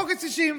עוקץ קשישים.